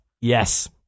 Yes